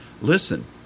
listen